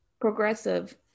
progressive